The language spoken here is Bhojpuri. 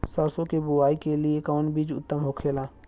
सरसो के बुआई के लिए कवन बिज उत्तम होखेला?